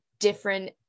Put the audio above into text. different